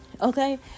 okay